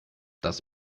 das